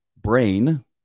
brain